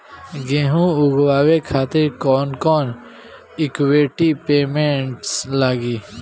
गेहूं उगावे खातिर कौन कौन इक्विप्मेंट्स लागी?